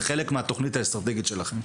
זה חלק מהתכנית האסטרטגית שלכם.